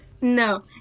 No